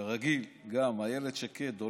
כרגיל, איילת שקד עולה,